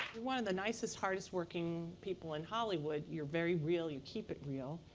one of the nicest, hardest working people in hollywood. you're very real. you keep it real.